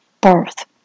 birth